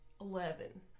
eleven